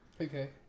Okay